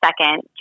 second